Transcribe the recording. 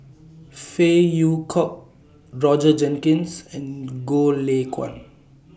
Phey Yew Kok Roger Jenkins and Goh Lay Kuan